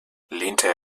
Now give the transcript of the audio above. lehnte